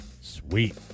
Sweet